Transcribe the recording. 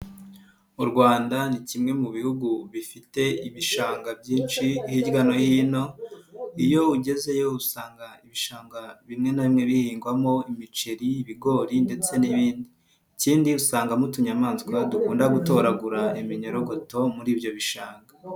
U Rwanda ni kimwe mu bihugu bifite ibishanga byinshi hirya no hino. Iyo ugezeyo usanga ibishanga bimwe na bimwe bihingwamo imiceri, ibigori ndetse n'ibindi. Ikindi usangamo utunyamaswa dukunda gutoragura iminyorogoto muri ibyo bishanga.